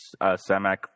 Samak